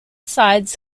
sides